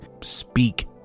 speak